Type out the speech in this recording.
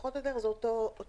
פחות או יותר זה אותו דבר.